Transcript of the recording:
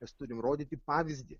mes turim rodyti pavyzdį